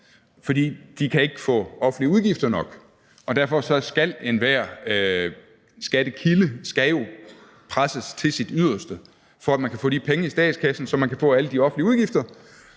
For de ikke kan få offentlige udgifter nok, og derfor skal enhver skattekilde jo presses til sit yderste, for at man kan få de penge i statskassen, så man kan få alle de offentlige udgifter,